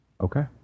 Okay